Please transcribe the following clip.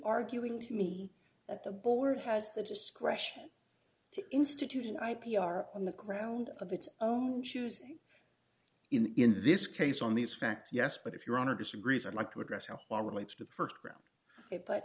arguing to me that the board has the discretion to institution i p r on the ground of its own choosing in this case on these facts yes but if your honor disagrees i'd like to address how one relates to the st ground it but